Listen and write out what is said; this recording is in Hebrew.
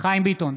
חיים ביטון,